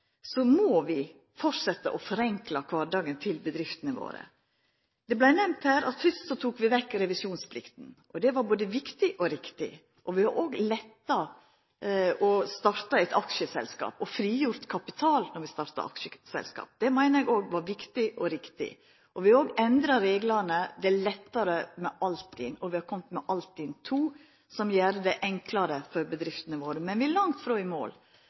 må vi fortsetja å forenkla kvardagen til bedriftene våre. Det vart nemnt her at først tok vi vekk revisjonsplikta. Det var både viktig og riktig. Vi har òg letta det å starta eit aksjeselskap, og ein får frigjort kapital når ein startar aksjeselskap. Det meiner eg òg var viktig og riktig, og vi har òg endra reglane. Det har vorte lettare med Altinn, og vi har kome med Altinn 2, som gjer det enklare for bedriftene våre. Men vi er langt frå i mål.